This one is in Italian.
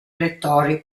elettori